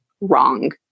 wrong